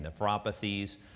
nephropathies